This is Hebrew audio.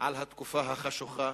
על התקופה החשוכה